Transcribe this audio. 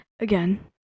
Again